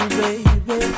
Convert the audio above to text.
baby